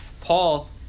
Paul